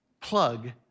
plug